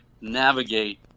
navigate